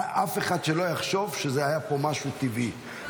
אף אחד שלא יחשוב שהיה פה משהו טבעי.